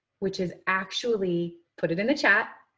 which is actually, put it in the chat,